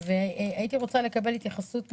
הייתי רוצה לקבל מכם התייחסות.